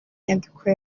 nyandiko